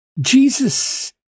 Jesus